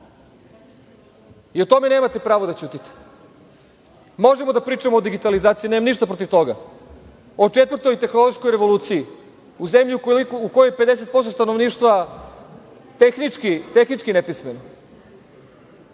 O tome nemate pravo da ćutite. Možemo da pričamo o digitalizaciji, nemam ništa protiv toga. O četvrtoj tehnološkoj revoluciji, u zemlji u kojoj je 50% stanovništava tehnički nepismeno,